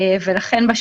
לכן,